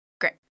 Great